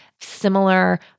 similar